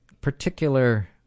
particular